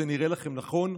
זה נראה לכם נכון?